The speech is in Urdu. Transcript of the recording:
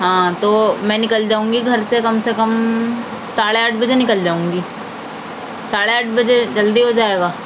ہاں تو میں نکل جاؤں گی گھر سے کم سے کم ساڑھے آٹھ بجے نکل جاؤں گی ساڑھے آٹھ بجے جلدی ہو جایے گا